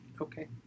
Okay